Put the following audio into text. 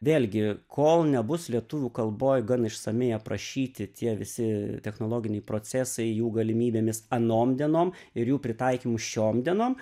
vėlgi kol nebus lietuvių kalboj gan išsamiai aprašyti tie visi technologiniai procesai jų galimybėmis anom dienom ir jų pritaikymu šiom dienom